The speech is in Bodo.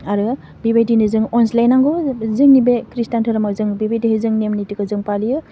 आरो बेबायदिनो जों अनज्लायनांगौ जोंनि बे खृष्टान धोरोमाव जों बेबायदिहाय जों नेम निथिखौ जों फालियो